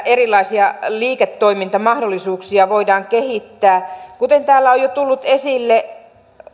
erilaisia liiketoimintamahdollisuuksia voidaan kehittää kuten täällä on jo tullut esille